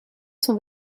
son